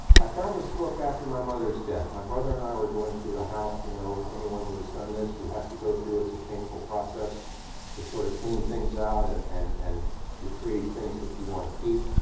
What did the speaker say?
i found this book after my mother's death, my brother and i were going through the house, you know, anyone who has done this, you have to go through, it's a painful process to sort of clean things out and and and retrieve things that you wanna keep,